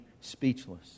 speechless